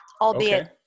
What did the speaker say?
albeit